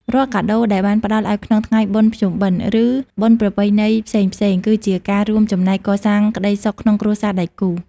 រាល់កាដូដែលបានផ្ដល់ឱ្យក្នុងថ្ងៃបុណ្យភ្ជុំបិណ្ឌ ឬបុណ្យប្រពៃណីផ្សេងៗ គឺជាការរួមចំណែកកសាងក្ដីសុខក្នុងគ្រួសារដៃគូ។